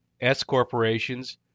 S-corporations